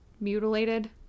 mutilated